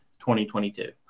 2022